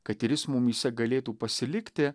kad ir jis mumyse galėtų pasilikti